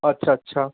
अच्छा अच्छा